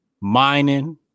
Mining